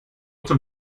zum